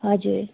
हजुर